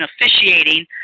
officiating